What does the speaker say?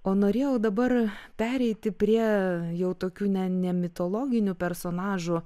o norėjau dabar pereiti prie jau tokių ne ne mitologinių personažų